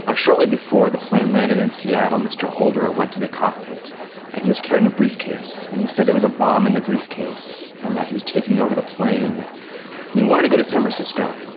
ah shortly before the plane landed in seattle, mr holder went to the cockpit and he was carrying a briefcase and he said there was a bomb in the briefcase and that he was taking over the plane and he wanted to go to san francisco,